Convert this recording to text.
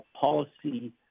policy